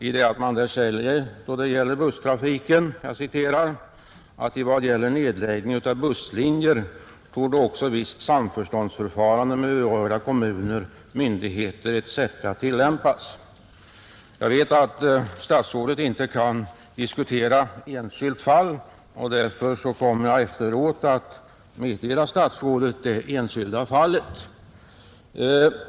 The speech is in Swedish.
I betänkandet heter det nämligen: ”I vad gäller nedläggning av busslinjer torde också visst samrådsförfarande med berörda kommuner, myndigheter etc, tillämpas.” Jag vet att statsrådet i kammaren inte kan diskutera ett enskilt fall, och därför kommer jag efter debatten att meddela statsrådet det enskilda fallet.